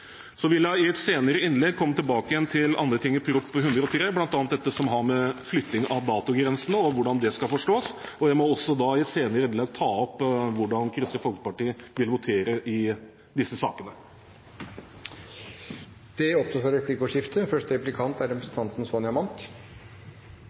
Så vil jeg i et senere innlegg komme tilbake igjen til andre ting i Prop. 103 L, bl.a. det som har med flytting av datogrensene å gjøre og hvordan det skal forstås. Jeg må også i et senere innlegg ta opp hvordan Kristelig Folkeparti vil votere i disse sakene. Det blir replikkordskifte.